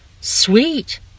sweet